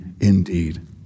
indeed